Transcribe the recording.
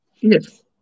Yes